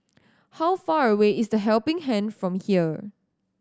how far away is The Helping Hand from here